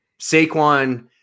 Saquon